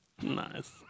Nice